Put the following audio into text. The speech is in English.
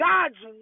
God's